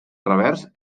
revers